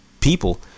people